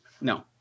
No